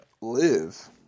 Live